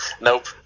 nope